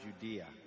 Judea